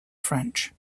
french